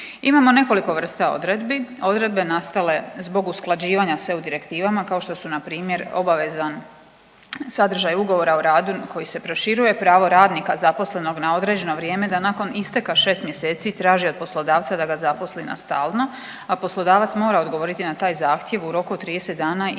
Imamo nekoliko vrsta odredbi, odredbe nastale zbog usklađivanja s eu direktivama kao što su npr. obaveza sadržaja ugovora o radu koji se proširuje, pravo radnika zaposlenog na određeno vrijeme da nakon isteka 6 mjeseci traži od poslodavca da ga zaposli na stalno, a poslodavac mora odgovoriti na taj zahtjev u roku od 30 dana i